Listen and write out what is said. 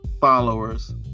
followers